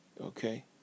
Okay